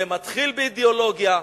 זה מתחיל באידיאולוגיה,